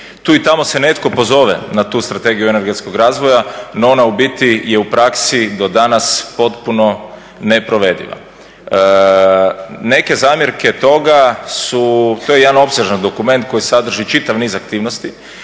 Tu i tamo se netko pozove na tu Strategiju energetskog razvoja, no ona u biti je u praksi do danas potpuno neprovediva. Neke zamjerke toga su, to je jedan opsežan dokument koji sadrži čitav niz aktivnosti